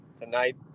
tonight